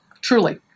Truly